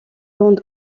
bandes